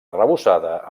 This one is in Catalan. arrebossada